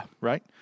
right